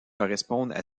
correspondent